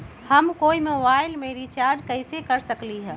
हम कोई मोबाईल में रिचार्ज कईसे कर सकली ह?